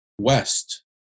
west